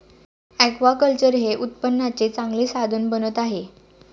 aquaculture हे उत्पन्नाचे चांगले साधन बनत आहे